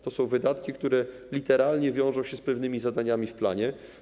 To są wydatki, które literalnie wiążą się z pewnymi zadaniami w planie.